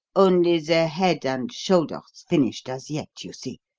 only the head and shoulders finished as yet, you see.